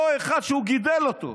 אותו אחד שהוא גידל אותו,